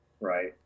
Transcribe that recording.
right